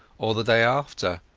or the day after,